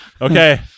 Okay